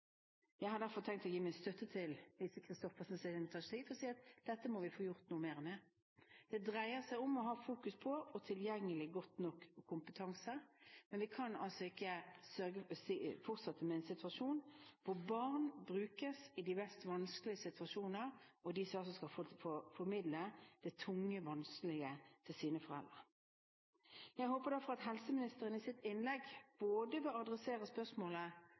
Jeg har i hvert fall tenkt å gi min støtte til Lise Christoffersens initiativ og si at dette må vi få gjort noe mer med. Det dreier seg om å ha fokus på og ha tilgjengelig god nok kompetanse. Vi kan ikke fortsette å ha en situasjon hvor barn brukes i de vanskeligste situasjoner, og er dem som skal formidle det tunge og vanskelige til sine foreldre. Jeg håper derfor at helseministeren i sitt innlegg vil adressere både spørsmålet